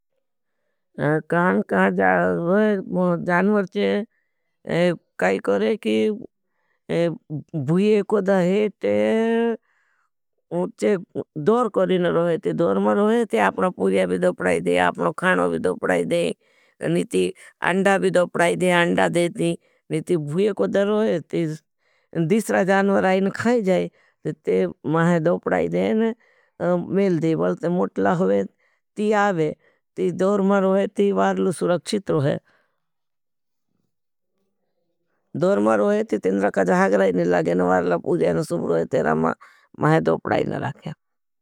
जानवर काई करें कि भूये कोड़ रहें ते उच्चए दोर करें रहें न रहे ते। ते अपनो पूर्या भी दोपड़ाई दें, अपनो खाना भी दोपड़ाई दें, निती अंडा भी दोपड़ाई दें। अंडा दें ती निती भूये कोड़ रहें ती दिसरा जानवर आएं खाई जाएं। ती महे दोपड़ाई दें, मेल दीवल ते मुटला हुए, ती आवे, ती दोर मा रोहे। ती वारलु सुरक्षित रोहे, दोर मा रोहे, ती तिन रखा जाग रहें लागें। वारला पूर्या न सुब रोहे, तेरा महे दोपड़ाई न राखें।